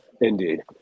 Indeed